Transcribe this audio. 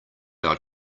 our